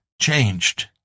changed